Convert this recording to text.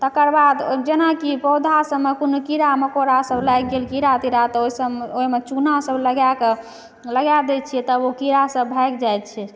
तकरबाद जेनाकि पौधा सबमे कोनो कीड़ा मकोड़ा सब लागि गेल कीड़ा तिड़ा तऽ ओहिसब ओहिमे चूना सब लगाए कऽ लगा दै छियै तब ओ कीड़ा सब भागि जाइ छै